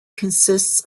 consists